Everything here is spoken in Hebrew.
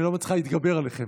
היא לא מצליחה להתגבר עליכם.